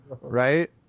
right